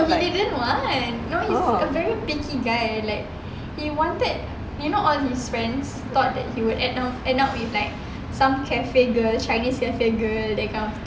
no he didn't want no he's a very picky guy like he wanted you know all his friends thought that he would end up end up with like some cafe girl chinese cafe girl that kind of thing